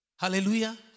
Hallelujah